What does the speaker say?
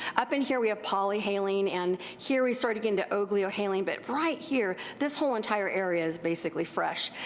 up and here we have polyhaline and here we sort of get into ogliohaline, but right here, this whole entire area is basically fresh.